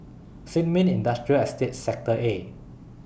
Sin Ming Industrial Estate Sector A